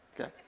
okay